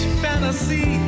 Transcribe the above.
fantasy